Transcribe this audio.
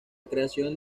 creación